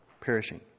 perishing